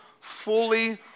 fully